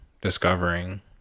discovering